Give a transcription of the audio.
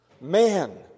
man